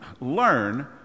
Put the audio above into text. learn